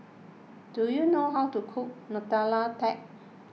do you know how to cook Nutella Tart